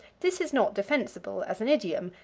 this is not defensible as an idiom,